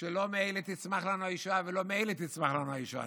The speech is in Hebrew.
שלא מאלה תצמח לנו הישועה ולא מאלה תצמח לנו הישועה.